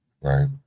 Right